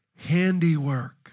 handiwork